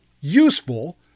useful